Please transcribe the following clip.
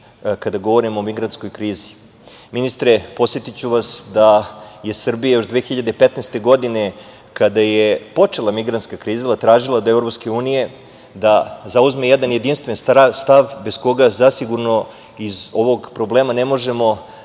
kada govorimo o migrantskoj krizi. Ministre, podsetiću vas da je Srbija još 2015. godine kada je počela migrantska kriza tražila od EU da zauzme jedan jedinstven stav bez koga zasigurno iz ovog problema ne možemo